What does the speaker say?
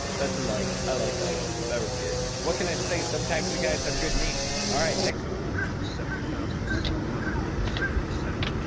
that's alike. i like that one. that was good. what can i say? sometimes you guys have good memes. all right, next one seven thousand seven hundred and seventy seven